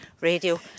radio